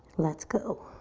let go.